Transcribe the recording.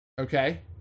Okay